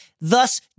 thus